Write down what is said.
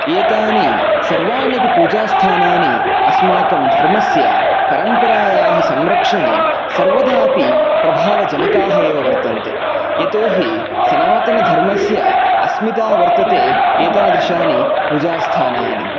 एतानि सर्वान्यपि पूजास्थानानि अस्माकं धर्मस्य परम्परायाः संरक्षणे सर्वदा अपि प्रभावजनकाः एव वर्तन्ते यतोहि सनातनधर्मस्य अस्मिता वर्तते एतादृशानि पूजास्थानानि